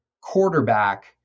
quarterback